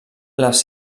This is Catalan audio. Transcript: les